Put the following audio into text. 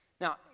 Now